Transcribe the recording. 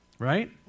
right